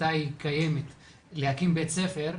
מתי היא קיימת להקים בית ספר,